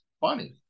funny